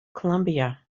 columbia